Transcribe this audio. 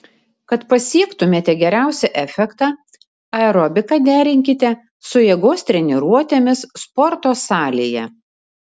kad pasiektumėte geriausią efektą aerobiką derinkite su jėgos treniruotėmis sporto salėje